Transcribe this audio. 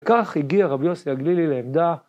וכך הגיע רבי יוסי אגלילי לעמדה.